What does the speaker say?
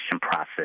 process